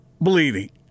bleeding